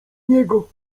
niego